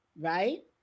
right